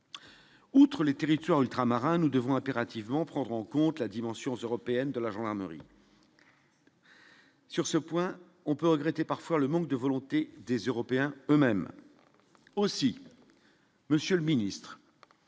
Outre les territoires ultramarins, nous devons impérativement prendre en compte la dimension européenne de la gendarmerie. Sur ce point, on peut regretter parfois le manque de volonté des Européens eux-mêmes aussi Monsieur le Ministre,